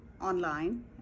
online